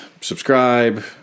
Subscribe